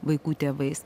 vaikų tėvais